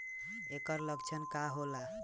ऐकर लक्षण का होला?